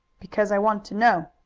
because i want to know.